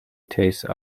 tastes